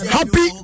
Happy